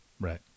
right